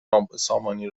نابسامانی